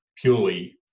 purely